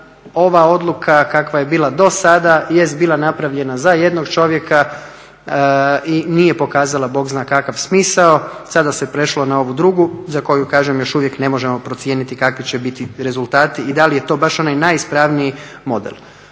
ova odluka kakva je bila do sada jest bila napravljena za jednog čovjeka i nije pokazala Bog zna kakav smisao, sada se prešlo na ovu drugu za koju kažem još uvijek ne možemo procijeniti kakvi će biti rezultati i da li je to baš onaj najispravniji model.